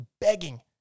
begging